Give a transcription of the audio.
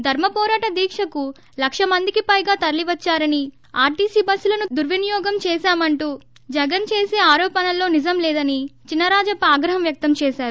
ధర్మవోరాట దీక్షకు లక్ష మందికి పైగా తరలివద్చారని ఆర్లీసీ బస్సులను దుర్వినియోగం చేశామంటూ జగన్ చేసే ఆరోపణలతో నిజం లేదని చినరాజప్ప ఆగ్రహం వ్యక్తం చేసారు